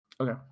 Okay